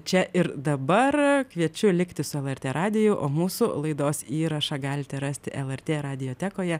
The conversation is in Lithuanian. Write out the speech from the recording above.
čia ir dabar kviečiu likti su lrt radiju o mūsų laidos įrašą galite rasti lrt radiotekoje